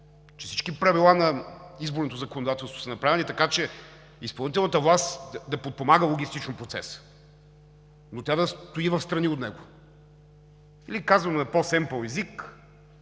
че всички правила на изборното законодателство са направени така, че изпълнителната власт да подпомага логистично процеса, но тя да стои встрани от него. Или казано на по-семпъл език